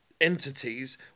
entities